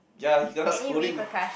ya he kena scolding